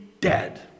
dead